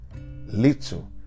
Little